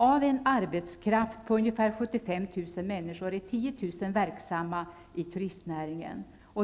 Av en arbetskraft på ungefär 75 000 människor är 10 000 verksamma i turistnäringen.